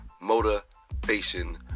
Motivation